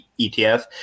ETF